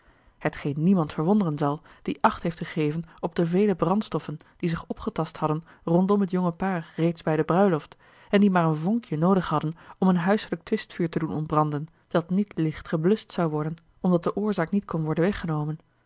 hetgeen niemand verwonderen zal die acht heeft gegeven op de vele brandstoffen die zich opgetast hadden rondom het jonge paar reeds bij de bruiloft en die maar een vonkje noodig hadden om een huiselijk twistvuur te doen ontbranden dat niet licht gebluscht zou worden omdat de oorzaak niet kon worden weggenomen